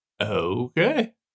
Okay